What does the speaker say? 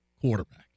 quarterback